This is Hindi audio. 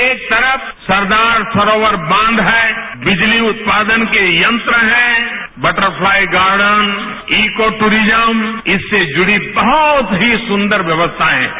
एक तरफ सरदार सरोवर बांध है विजली उत्पादन के यंत्र है बटरफलाई गार्डन ईको ट्ररिज्य इससे जुड़ी बहुत ही सुदर व्यवस्थाए हैं